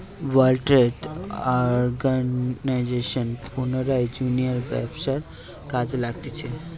world trade organization পুরা দুনিয়ার ব্যবসার কাজ দেখতিছে